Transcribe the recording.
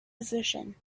position